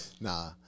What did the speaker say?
Nah